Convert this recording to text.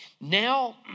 Now